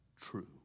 true